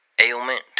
ailment